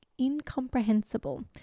incomprehensible